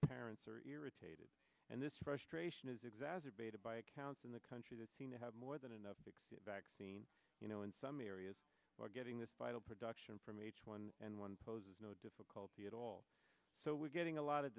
parents are irritated and this frustrating is exacerbated by accounts in the country that seem to have more than enough to get vaccines you know in some areas we're getting this vital production from h one n one poses no difficulty at all so we're getting a lot of